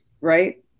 right